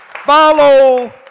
follow